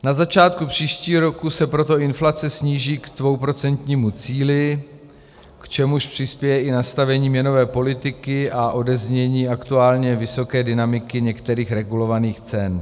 Na začátku příštího roku se proto inflace sníží k dvouprocentnímu cíli, k čemuž přispěje i nastavení měnové politiky a odeznění aktuálně vysoké dynamiky některých regulovaných cen.